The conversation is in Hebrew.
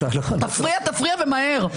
תפריע, תפריע, ומהר.